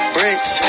Bricks